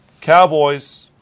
Cowboys